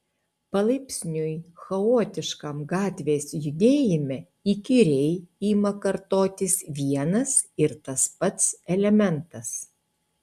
palaipsniui chaotiškam gatvės judėjime įkyriai ima kartotis vienas ir tas pats elementas